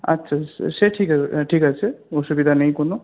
আচ্ছা সে ঠিক ঠিক আছে অসুবিধা নেই কোনও